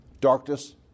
darkness